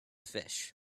fish